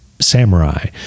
samurai